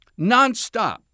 Nonstop